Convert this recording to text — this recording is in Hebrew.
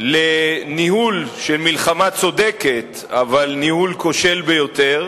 לניהול של מלחמה צודקת אבל ניהול כושל ביותר,